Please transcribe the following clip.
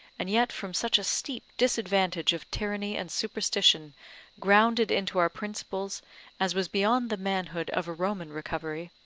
and yet from such a steep disadvantage of tyranny and superstition grounded into our principles as was beyond the manhood of a roman recovery,